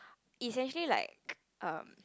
it's actually like um